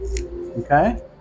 okay